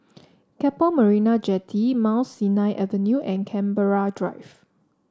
Keppel Marina Jetty Mount Sinai Avenue and Canberra Drive